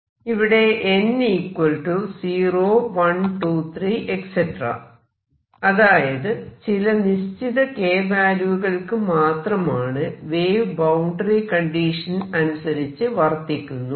ഇവിടെ n 0 1 2 3 അതായത് ചില നിശ്ചിത k വാല്യൂകൾക്ക് മാത്രമാണ് വേവ് ബൌണ്ടറി കണ്ടിഷനുകൾ അനുസരിച്ച് വർത്തിക്കുന്നുള്ളൂ